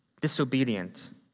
disobedient